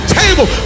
table